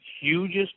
hugest